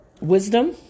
wisdom